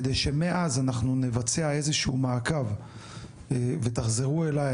כדי שמאז אנחנו נבצע איזה שהוא מעקב ותחזרו אליי,